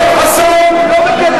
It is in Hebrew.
תוציאו אותו מפה.